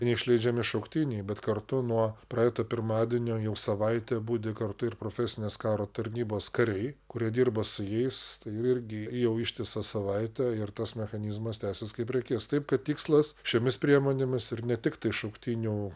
neišleidžiami šauktiniai bet kartu nuo praeito pirmadienio jau savaitę budi kartu ir profesinės karo tarnybos kariai kurie dirba su jais tai ir irgi jau ištisą savaitę ir tas mechanizmas tęsis kaip reikės taip kad tikslas šiomis priemonėmis ir ne tiktai šauktinių